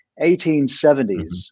1870s